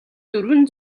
дөрвөн